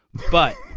but